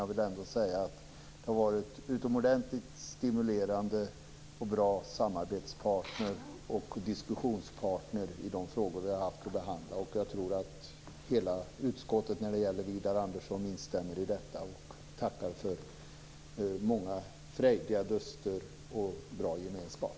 Jag vill ändå säga att de har varit utomordentligt stimulerande och bra samarbets och diskussionspartner i de frågor vi har haft att behandla. Jag tror att hela utskottet instämmer när det gäller Widar Andersson och tackar för många frejdiga duster och bra gemenskap.